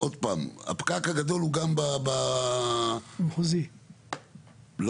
הגדול הוא גם ב-30, נכון?